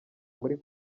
muri